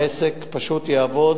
העסק פשוט יעבוד.